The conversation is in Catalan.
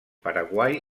paraguai